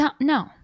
No